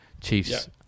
Chiefs